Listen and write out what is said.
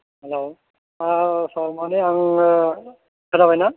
hello औ sir मानि आङो खोनाबाय ना